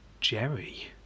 Jerry